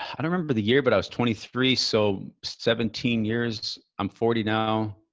i don't remember the year, but i was twenty three. so seventeen years. i'm forty now.